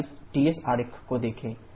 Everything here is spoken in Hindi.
जरा इस Ts आरेख को देखें